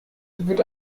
wird